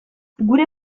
gure